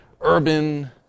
Urban